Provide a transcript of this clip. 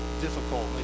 difficult